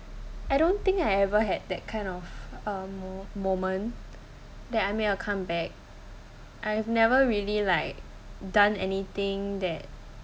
I don't think I ever had that kind of um mo~ moment that I made a come back I've never really like done anything that